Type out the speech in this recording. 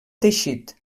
teixit